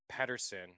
Peterson